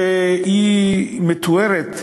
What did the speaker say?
שמתוארת,